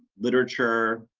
literature,